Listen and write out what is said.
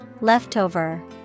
Leftover